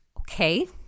okay